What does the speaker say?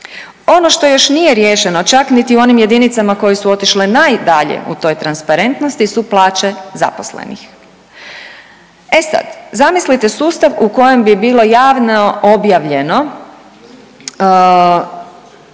Ono što još nije riješeno, čak niti u onim jedinicama koje su otišle najdalje u toj transparentnosti su plaće zaposlenih. E sad, zamislite sustav u kojem bi bilo javno objavljeno